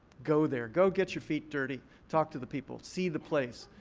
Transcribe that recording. go there. go get your feet dirty. talk to the people. see the place.